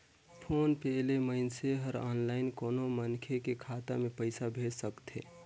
phone पे ले मइनसे हर आनलाईन कोनो मनखे के खाता मे पइसा भेज सकथे